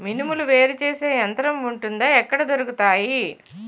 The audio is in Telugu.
మినుములు వేరు చేసే యంత్రం వుంటుందా? ఎక్కడ దొరుకుతాయి?